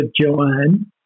Joanne